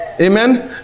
Amen